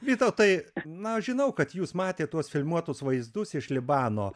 vytautai na aš žinau kad jūs matėt tuos filmuotus vaizdus iš libano